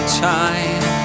time